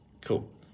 Cool